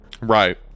Right